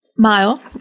Mile